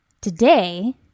today